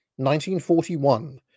1941